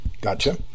Gotcha